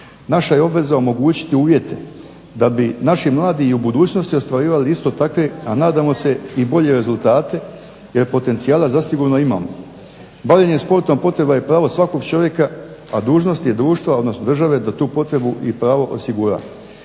Naša je obveza omogućiti uvjete da bi naši mladi u budućnosti ostvarivali iste takve a nadamo se i bolje rezultate jer potencijala zasigurno imamo. Bavljenje sportom potreba je i pravo svakog čovjeka a dužnost je društva odnosno države da tu potrebu i pravo osigura.